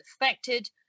affected